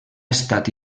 estat